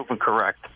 correct